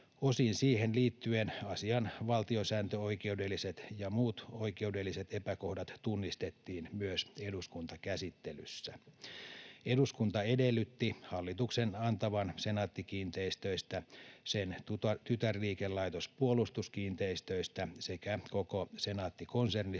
Osin siihen liittyen asian valtiosääntöoikeudelliset ja muut oikeudelliset epäkohdat tunnistettiin myös eduskuntakäsittelyssä. Eduskunta edellytti hallituksen antavan Senaatti-kiinteistöistä, sen tytärliikelaitos Puolustuskiinteistöistä sekä koko Senaatti-konsernista